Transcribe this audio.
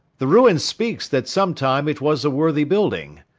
the ruin speaks that sometime it was a worthy building.